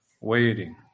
waiting